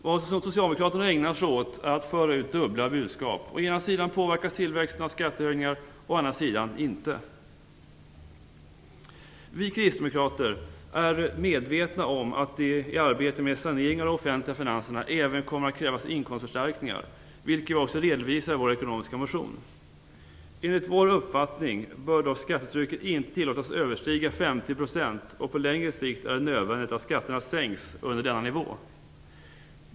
Vad socialdemokraterna ägnar sig åt är att föra ut dubbla budskap: å ena sidan påverkas tillväxten av skattehöjningar, å andra sidan gör den det inte. Vi kristdemokrater är medvetna om att det i arbetet med saneringen av de offentliga finanserna även kommer att krävas inkomstförstärkningar, vilket vi också redovisar i vår ekonomiska motion. Enligt vår uppfattning bör dock skattetrycket inte tillåtas överstiga 50 %, och på längre sikt är det nödvändigt att skatterna sänks under denna nivå.